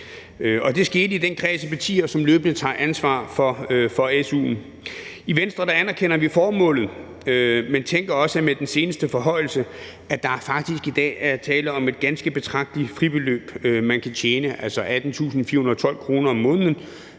Det skete i den kreds af partier, som løbende tager ansvar for su'en. I Venstre anerkender vi formålet, men tænker også, at med den seneste forhøjelse er der faktisk i dag tale om et ganske betragteligt fribeløb, man kan tjene, altså 18.412 kr. om måneden,